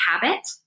habit